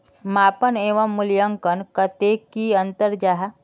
मापन एवं मूल्यांकन कतेक की अंतर जाहा?